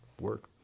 work